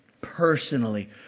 personally